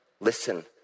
listen